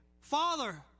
Father